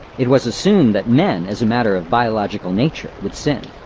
it was assumed that men, as a matter of biological nature, would sin,